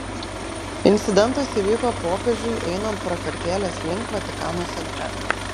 incidentas įvyko popiežiui einant prakartėlės link vatikano centre